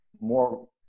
more